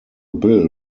bill